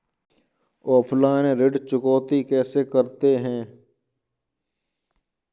Offline ऋण चुकौती कैसे करते हैं?